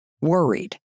worried